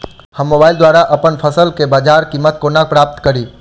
हम मोबाइल द्वारा अप्पन फसल केँ बजार कीमत कोना प्राप्त कड़ी?